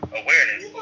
awareness